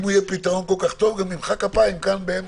אם הוא יהיה פתרון טוב גם נמחא כפיים כאן.